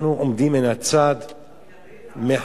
אנחנו עומדים מן הצד, מחכים,